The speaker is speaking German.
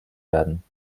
werden